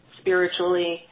spiritually